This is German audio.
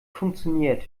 funktioniert